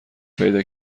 پیدا